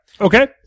Okay